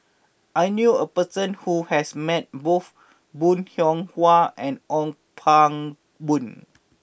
I knew a person who has met both Bong Hiong Hwa and Ong Pang Boon